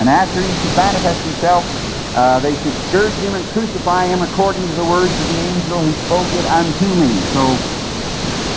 and after he should manifest himself they should scourge him and crucify him, according to the words of the angel who spake it unto me. so